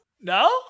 no